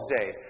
day